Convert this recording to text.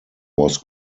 was